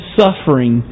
suffering